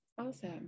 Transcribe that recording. awesome